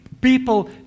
people